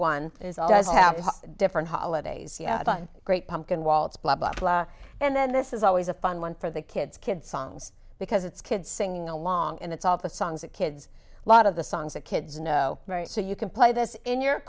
one is a does have is different holidays great pumpkin waltz blah blah blah and then this is always a fun one for the kids kid songs because it's kids singing along and it's all the songs that kids lot of the songs that kids know very so you can play this in your